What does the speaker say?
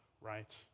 right